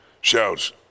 shouts